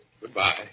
Goodbye